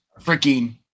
freaking